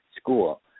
school